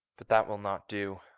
but that will not do.